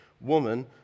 Woman